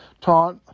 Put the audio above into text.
taught